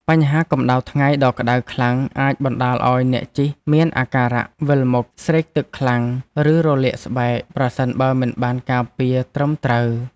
បញ្ហាកម្ដៅថ្ងៃដ៏ក្ដៅខ្លាំងអាចបណ្ដាលឱ្យអ្នកជិះមានអាការៈវិលមុខ ស្រេកទឹកខ្លាំង ឬរលាកស្បែក ប្រសិនបើមិនបានការពារត្រឹមត្រូវ។